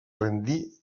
rendir